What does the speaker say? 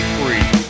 free